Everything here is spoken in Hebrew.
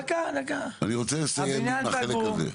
אני רוצה לסיים עם החלק הזה.